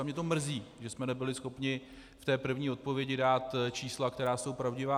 Mě to mrzí, že jsme nebyli schopni v té první odpovědi dát čísla, která jsou pravdivá.